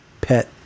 pet